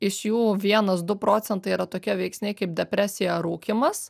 iš jų vienas du procentai yra tokie veiksniai kaip depresija ar rūkymas